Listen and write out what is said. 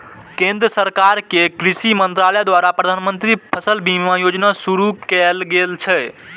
केंद्र सरकार के कृषि मंत्रालय द्वारा प्रधानमंत्री फसल बीमा योजना शुरू कैल गेल छै